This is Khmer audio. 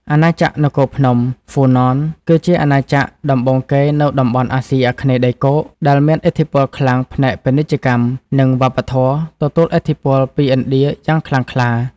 អាណាចក្រនគរភ្នំ ឬ ហ្វូណន គឺជាអាណាចក្រដំបូងគេនៅតំបន់អាស៊ីអាគ្នេយ៍ដីគោក ដែលមានឥទ្ធិពលខ្លាំងផ្នែកពាណិជ្ជកម្ម និងវប្បធម៌ ទទួលឥទ្ធិពលពីឥណ្ឌាយ៉ាងខ្លាំងក្លា។